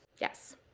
Yes